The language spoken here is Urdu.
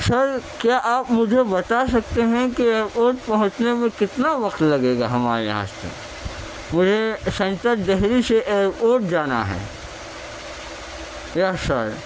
سر کیا آپ مجھے بتا سکتے ہیں کہ ایئر پوٹ پہنچنے میں کتنا وقت لگے گا ہمارے یہاں سے مجھے سنٹرل دہلی سے ایئر پوٹ جانا ہے یس سر